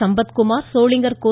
Sampathkumar Sholinghur கோ